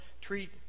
treat